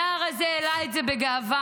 הנער הזה העלה את זה בגאווה.